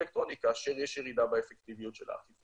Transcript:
אלקטרוני כאשר יש ירידה באפקטיביות של האכיפה.